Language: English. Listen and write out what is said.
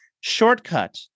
shortcut